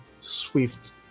swift